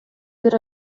бир